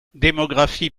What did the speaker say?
démographie